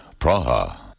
Praha